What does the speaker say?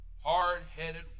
hard-headed